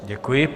Děkuji.